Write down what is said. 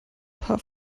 paar